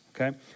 okay